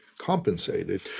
compensated